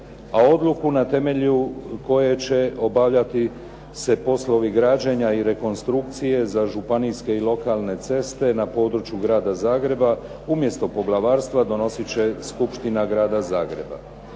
a odluku na temelju koje će obavljati se poslovi građenja i rekonstrukcije za županijske i lokalne ceste na području Grada Zagreba, umjesto poglavarstva donosit će Skupština Grada Zagreba.